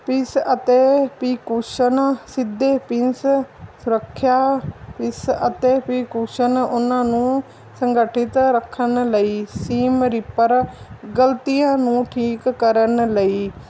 piece ਅਤੇ pincushion ਸਿੱਧੇ pins ਸੁਰੱਖਿਆ ਇੰਸ ਅਤੇ ਪੀਕੁਸ਼ਨ ਉਹਨਾਂ ਨੂੰ ਸੰਗਠਿਤ ਰੱਖਣ ਲਈ ਸੀਮ ਰੀਪਰ ਗਲਤੀਆਂ ਨੂੰ ਠੀਕ ਕਰਨ ਲਈ